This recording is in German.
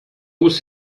muss